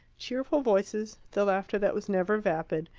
cheerful voices, the laughter that was never vapid,